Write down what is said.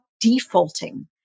defaulting